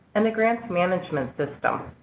and the grants management system.